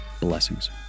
Blessings